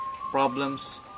problems